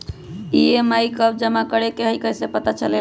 EMI कव जमा करेके हई कैसे पता चलेला?